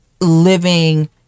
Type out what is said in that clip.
living